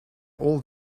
all